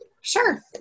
sure